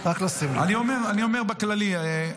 אני אומר בכללי.